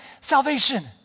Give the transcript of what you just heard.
salvation